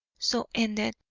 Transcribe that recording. so ended,